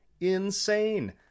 insane